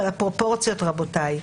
אבל הפרופורציות רבותי,